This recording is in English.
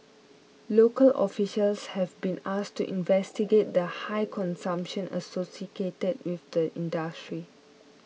local officials have been asked to investigate the high consumption associated with the industry